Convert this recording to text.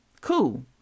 cool